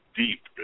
deep